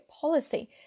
policy